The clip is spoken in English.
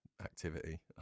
activity